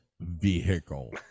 vehicle